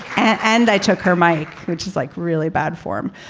and i took her mike. she's like really bad form.